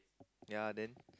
ya then